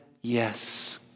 Yes